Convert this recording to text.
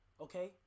okay